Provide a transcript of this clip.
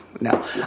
no